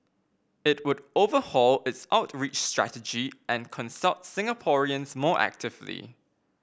it would overhaul its outreach strategy and consult Singaporeans more actively